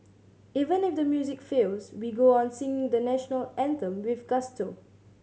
even if the music fails we go on singing the National Anthem with gusto